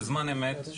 בזמן אמת,